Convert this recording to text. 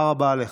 תודה רבה לך.